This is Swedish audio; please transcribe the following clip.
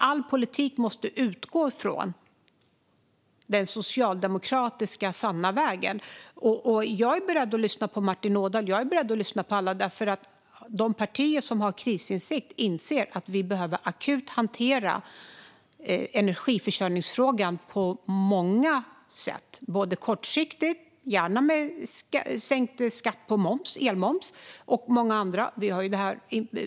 All politik måste utgå ifrån den socialdemokratiska sanna vägen. Jag är beredd att lyssna på Martin Ådahl. Jag är beredd att lyssna på alla. De partier som har krisinsikt inser att vi behöver akut hantera energiförsörjningsfrågan på många sätt. Det gäller kortsiktigt, gärna med sänkt elmoms och många andra saker.